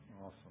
Awesome